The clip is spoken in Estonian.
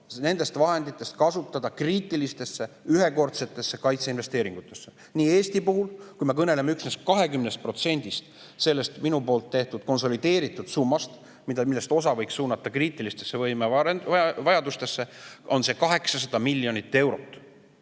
nendest vahenditest kasutada kriitilise [tähtsusega] ühekordseteks kaitseinvesteeringuteks. Eesti puhul, kui me kõneleme üksnes 20%-st sellest minu poolt märgitud konsolideeritud summast, millest osa võiks suunata kriitilise [tähtsusega] võimearendustesse, on see 800 miljonit eurot.